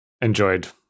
enjoyed